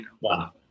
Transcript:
Wow